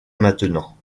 maintenant